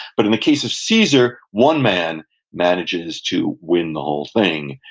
but in the case of caesar, one man manages to win the whole thing.